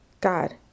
God